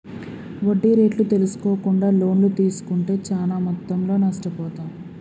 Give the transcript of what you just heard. వడ్డీ రేట్లు తెల్సుకోకుండా లోన్లు తీస్కుంటే చానా మొత్తంలో నష్టపోతాం